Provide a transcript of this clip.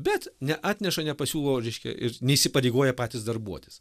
bet neatneša nepasiūlo reiškia ir neįsipareigoja patys darbuotis